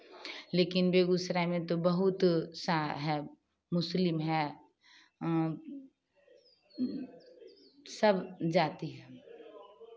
लेकिन बेगूसराय में तो बहुत सा है मुस्लिम है सब जाति है